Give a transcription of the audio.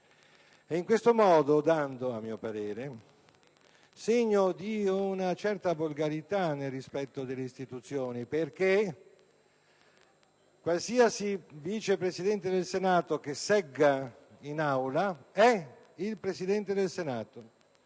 in questo modo dando, a mio parere, segno di una certa volgarità nel rispetto delle istituzioni, perché qualsiasi Vice Presidente del Senato che segga in Aula è il Presidente del Senato.